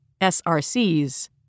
SRCs